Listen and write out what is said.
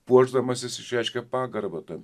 puošdamasis išreiškia pagarbą ten